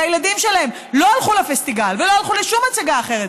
שהילדים שלהם לא הלכו לפסטיגל ולא הלכו לשום הצגה אחרת